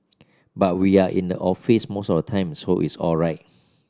but we are in the office most of the time so it is all right